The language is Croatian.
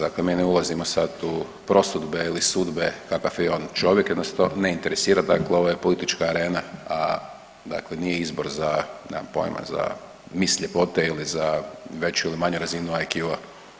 Dakle, mi ne ulazimo sad u prosudbe ili sudbe kakav je on čovjek, jednostavno ne interesira, dakle ovo je politička arena, a dakle nije izbor nemam poima za miss ljepote ili za veću ili manju razinu IQ-a.